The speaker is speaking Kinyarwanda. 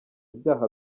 ibyaha